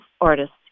artists